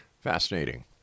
Fascinating